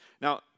Now